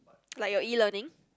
like your E learning